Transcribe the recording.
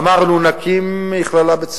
אמרנו: נקים מכללה בצפת,